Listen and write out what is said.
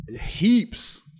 heaps